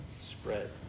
spread